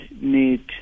need